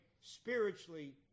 spiritually